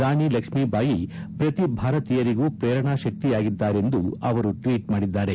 ರಾಣಿ ಲಕ್ಷ್ಮಿಬಾಯಿ ಪ್ರತಿ ಭಾರತೀಯರಿಗೂ ಪ್ರೇರಣಾ ಶಕ್ತಿಯಾಗಿದ್ದಾರೆಂದು ಅವರು ಟ್ವೀಟ್ ಮಾಡಿದ್ದಾರೆ